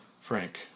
Frank